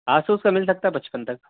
Asus کا مل سکتا ہے پچپن تک